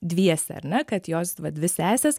dviese ar ne kad jos dvi sesės